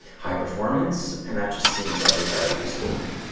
high-performance, and that just seems like a better use of time.